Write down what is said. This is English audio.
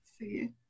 See